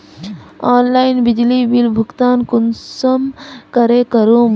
Online बिजली bill भुगतान कुंसम करे करूम?